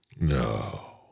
No